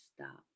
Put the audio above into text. stop